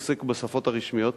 הוא עוסק בשפות הרשמיות.